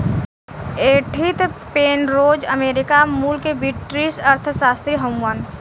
Edith Penrose America मूल के British अर्थशास्त्री हउवन